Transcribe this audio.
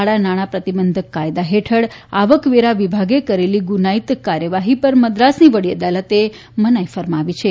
કાળાનાણાં પ્રતિબંધક કાયદા હેઠળ આવકવેરા વિભાગે કરેલી ગુનાઇત કાર્યવાહી પર મદ્રાસની વડી અદાલતે મનાઇ ફરમાવી છે